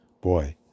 Boy